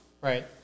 Right